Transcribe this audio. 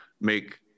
make